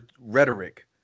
rhetoric